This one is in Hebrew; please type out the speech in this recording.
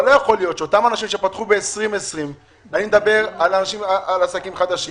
אבל לא יכול להיות שאותם אנשים שפתחו ב-2020 כמו עסקים חדשים,